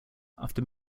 after